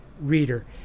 reader